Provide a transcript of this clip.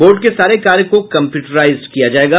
board के सारे कार्य को कंप्यूटराइज किया जायेगा